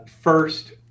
First